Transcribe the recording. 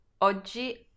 Oggi